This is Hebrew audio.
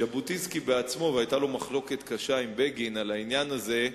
ז'בוטינסקי בעצמו היתה לו מחלוקת קשה עם בגין על העניין הזה,